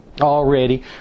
already